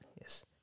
Yes